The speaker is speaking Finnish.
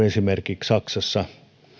esimerkiksi saksassa